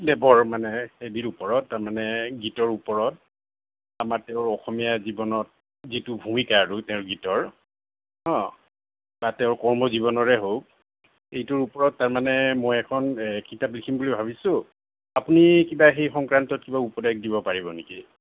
দেৱৰ মানে হেৰিৰ ওপৰত তাৰমানে গীতৰ ওপৰত আমাৰ তেওঁৰ অসমীয়া জীৱনত যিটো ভূমিকা আৰু তেওঁৰ গীতৰ হ বা তেওঁৰ কৰ্ম জীৱনৰে হওক এইটোৰ ওপৰত তাৰমানে মই এখন কিতাপ লিখিম বুলি ভাবিছোঁ আপুনি কিবা সেই সংক্ৰান্তত কিবা উপদেশ দিব পাৰিব নেকি